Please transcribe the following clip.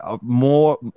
more